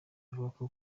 avuga